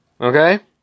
okay